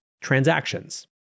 Transactions